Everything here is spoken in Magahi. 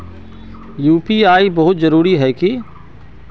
यु.पी.आई बहुत जरूरी है की?